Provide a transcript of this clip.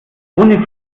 ohne